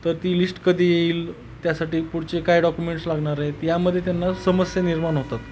तर ती लिस्ट कधी येईल त्यासाठी पुढचे काय डॉक्युमेंट्स लागणार आहे त्यामध्ये त्यांना समस्या निर्माण होतात